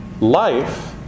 Life